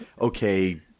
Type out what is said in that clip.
okay